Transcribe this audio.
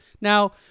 Now